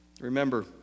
Remember